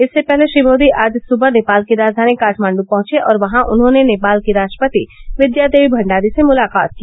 इससे पहले श्री मोदी आज सुबह नेपाल की राजधानी काठमाण्डू पहुंचे और वहां उन्होंने नेपाल की राट्रपति विद्या देवी भंडारी से मुलाकात की